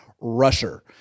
rusher